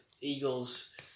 eagles